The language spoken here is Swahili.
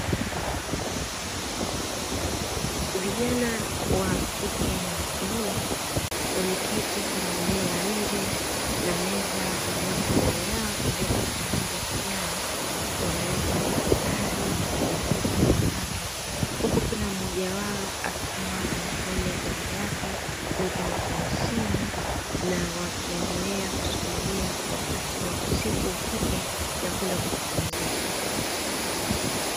Vijana wakike na wakiume wameketi kwenye eneo la nje na meza ilioko mbele yao iliyopakwa rangi ya kijani wameweka madaftari na kompyuta mpakato huku kilammoja wao akiwa anafurahia jambo lake, wengine kwenye simu na wakiendelea kusubiria wakati wa usiku ufike waende kupumzika.